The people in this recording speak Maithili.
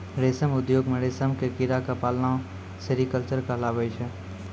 रेशम उद्योग मॅ रेशम के कीड़ा क पालना सेरीकल्चर कहलाबै छै